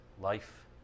life